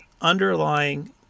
underlying